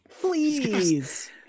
please